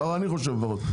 ככה אני חושב לפחות.